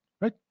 right